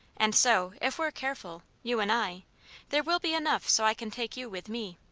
and so if we're careful you and i there will be enough so i can take you with me.